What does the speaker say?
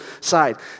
side